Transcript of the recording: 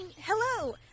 Hello